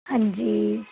ਹਾਂਜੀ